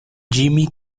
jimmy